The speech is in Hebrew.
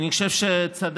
אני חושב שצדק